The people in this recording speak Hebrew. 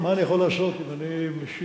טוב, מה אני יכול לעשות אם אני משיב,